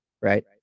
right